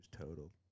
total